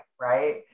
right